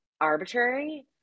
arbitrary